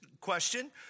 question